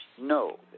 No